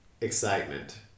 excitement